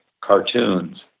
cartoons